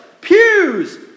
Pews